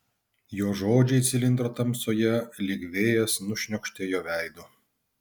jo žodžiai cilindro tamsoje lyg vėjas nušniokštė jo veidu